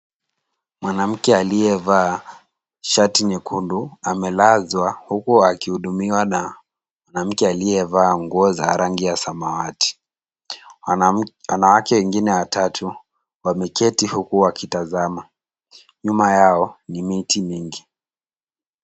Mwanamke aliyevaa shati nyekundu amelazwa huku akihudumia na mke aliyevaa nguo za rangi ya samawati. Wanawake wengi watatu wameketi huku wakitazama, nyuma yao ni miti mingi.